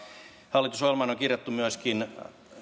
hallitusohjelmaan on kirjattu myöskin